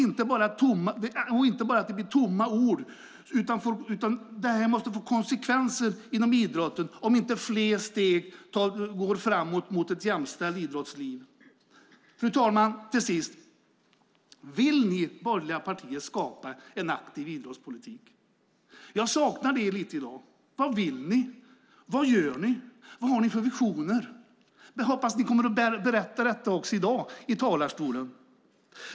Det får inte bara bli tomma ord, utan det måste få konsekvenser inom idrotten om inte fler steg tas framåt mot ett jämställt idrottsliv. Fru talman! Till sist vill jag fråga: Vill ni borgerliga partier skapa en aktiv idrottspolitik? Jag saknar det lite i dag. Vad vill ni? Vad gör ni? Vad har ni för visioner? Jag hoppas att ni kommer att berätta det i dag i talarstolen.